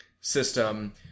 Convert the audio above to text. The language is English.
system